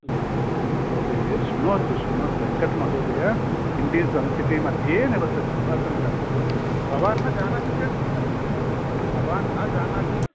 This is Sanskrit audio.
न महोदय शृणोतु शृणोतु वेङ्कट्महोदय इण्डीस् वन् सिटि मध्ये निवसति निवासं करोति भवान् न जानाति चेत् चिन्ता भवान् न जानाति